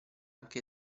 anche